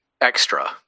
extra